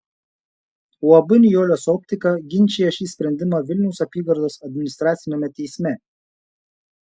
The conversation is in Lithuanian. uab nijolės optika ginčija šį sprendimą vilniaus apygardos administraciniame teisme